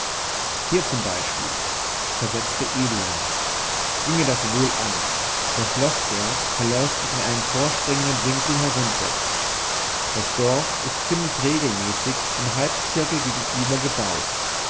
hier zum beispiel versetzte eduard ginge das wohl an der schloßberg verläuft sich in einen vorspringenden winkel herunter das dorf ist ziemlich regelmäßig im halbzirkel